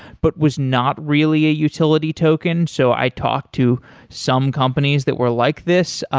but was not really a utility token. so i talked to some companies that were like this, ah